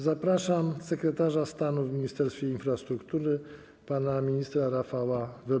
Zapraszam sekretarza stanu w Ministerstwie Infrastruktury pana ministra Rafała Webera.